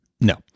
No